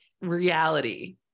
reality